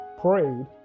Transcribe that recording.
prayed